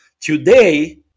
Today